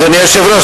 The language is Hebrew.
אדוני היושב-ראש,